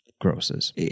Grosses